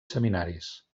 seminaris